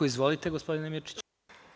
Izvolite gospodine Mirčiću.